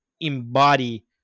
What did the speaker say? embody